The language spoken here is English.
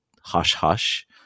hush-hush